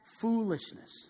foolishness